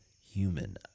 human